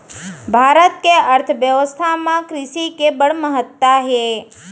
भारत के अर्थबेवस्था म कृसि के बड़ महत्ता हे